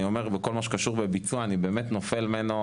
בכל מה שקשור בביצוע אני באמת נופל ממנו.